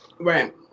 Right